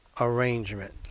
arrangement